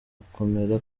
gukomera